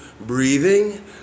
breathing